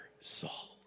Saul